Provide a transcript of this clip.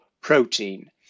protein